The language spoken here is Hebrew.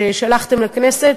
ששלחתם לכנסת,